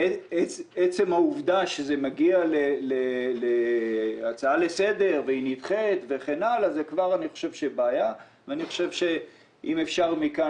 עצם העובדה שזה מגיע להצעה לסדר והיא נדחית אני חושב שאם אפשר מכאן